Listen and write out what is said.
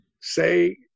say